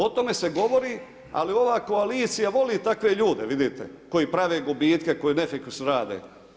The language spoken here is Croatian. O tome se govori, ali ova koalicija voli takve ljude, vidite, koji prave gubitke, koji defikus rade.